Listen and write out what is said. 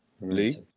Lee